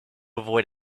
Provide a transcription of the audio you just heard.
avoid